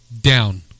Down